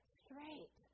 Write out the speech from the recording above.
straight